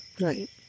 Right